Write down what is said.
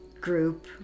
group